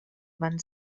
van